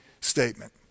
statement